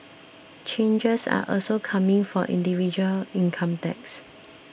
changes are also coming for individual income tax